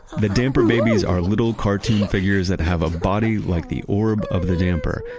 the damper babies are little cartoon figures that have a body like the orb of the damper,